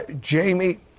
Jamie